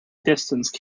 distance